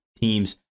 teams